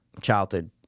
childhood